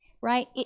right